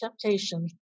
temptation